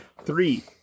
Three